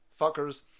fuckers